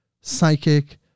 psychic